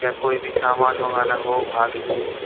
या कोई भी सामान मंगाना हो बाहर से